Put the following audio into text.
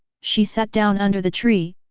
she sat down under the tree,